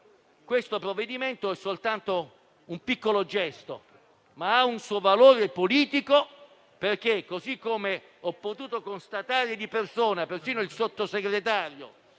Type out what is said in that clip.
Questo provvedimento è soltanto un piccolo gesto, ma ha un suo valore politico. Ho potuto constatare di persona - e perfino il Sottosegretario